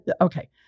Okay